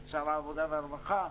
את שר העבודה והרווחה,